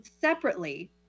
separately